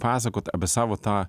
pasakot apie savo tą